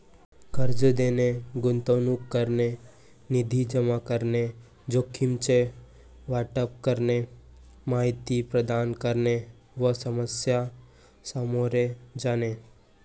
कर्ज घेणे, गुंतवणूक करणे, निधी जमा करणे, जोखमीचे वाटप करणे, माहिती प्रदान करणे व समस्या सामोरे जाणे